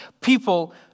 people